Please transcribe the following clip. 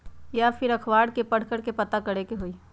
या फिर अखबार में पढ़कर के पता करे के होई?